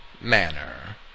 manner